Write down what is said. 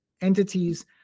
entities